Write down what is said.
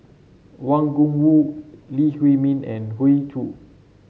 Wang Gungwu Lee Huei Min and Hoey Choo